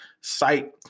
site